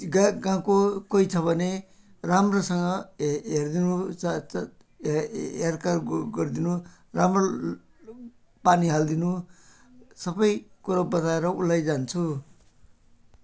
गा गाउँको कोही छ भने राम्रोसँग हे हेरिदुनु होस हे हे हेरकोर गरिदिनु राम्रो पानी हालिदिनु सबै कुरो बताएर उसलाई जान्छु